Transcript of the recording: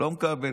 לא מקבל.